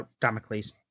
Damocles